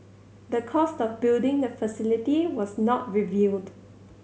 the cost of building the facility was not revealed